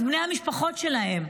אז בני המשפחות שלהם: